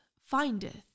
findeth